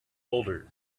older